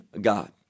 God